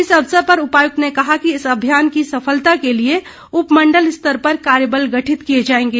इस अवसर पर उपायुक्त ने कहा कि इस अभियान की सफलता के लिए उपमंडल स्तर पर कार्यबल गठित किए जाएंगे